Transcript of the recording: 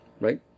right